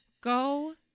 go